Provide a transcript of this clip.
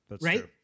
right